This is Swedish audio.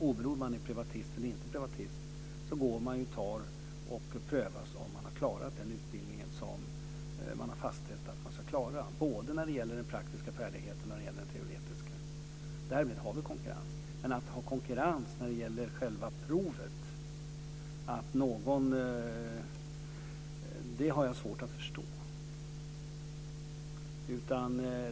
Oberoende av om man är privatist eller inte får man ju prövas för att se om man har klarat utbildningen i enlighet med vad det har fastställts att man ska klara både när det gäller de praktiska färdigheterna och de teoretiska. Där har vi konkurrens. Men att ha konkurrens även i själva provet, det har jag svårt att förstå.